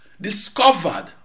discovered